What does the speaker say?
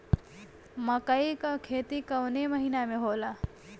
मकई क खेती कवने महीना में होला?